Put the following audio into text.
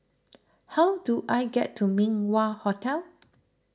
how do I get to Min Wah Hotel